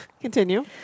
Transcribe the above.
Continue